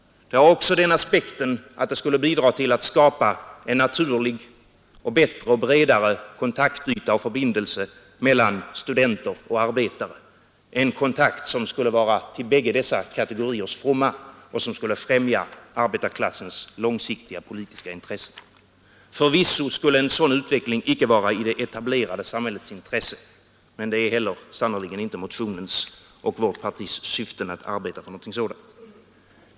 Det har också den aspekten att det skulle bidra till att skapa en naturlig, bättre och bredare kontaktyta och förbindelse mellan studenter och arbetare, en kontakt som skulle vara till bägge dessa kategoriers fromma och som skulle främja arbetarklassens långsiktiga politiska intressen. Förvisso skulle en sådan utveckling icke vara i det etablerade samhällets intresse, men det är heller sannerligen inte motionens och vårt partis syfte att arbeta för någonting sådant.